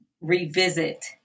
revisit